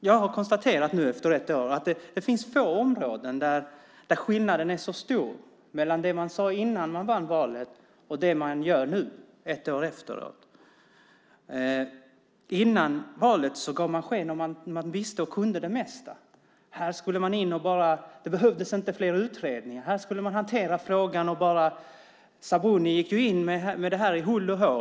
Jag har konstaterat nu efter ett år att det finns få områden där skillnaden är så stor mellan det man sade innan man vann valet och det man gör nu. Innan valet gav man sken av att man visste och kunde det mesta. Det behövdes inte fler utredningar. Man skulle hantera frågan. Sabuni gick in för det med hull och hår.